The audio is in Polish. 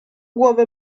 głowę